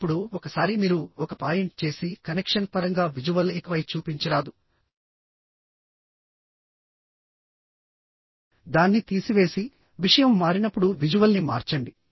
ఇప్పుడుఒకసారి మీరు ఒక పాయింట్ చేసి కనెక్షన్ పరంగా విజువల్ ఇకపై చూపించరాదుదాన్ని తీసివేసివిషయం మారినప్పుడు విజువల్ని మార్చండి